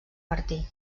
martí